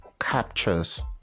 captures